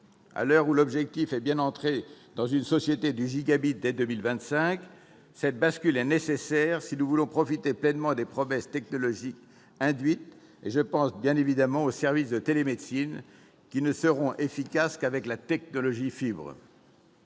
À l'heure où l'objectif est bien l'entrée dans une société du gigabit dès 2025, cette bascule est nécessaire si nous voulons profiter pleinement des promesses technologiques induites. Je pense évidemment aux services de télémédecine, qui ne seront efficaces qu'avec la technologie fibre.